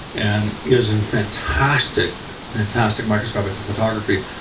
and is in fantastic fantastic microscopic photography.